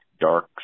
dark